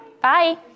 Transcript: Bye